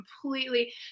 completely